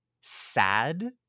sad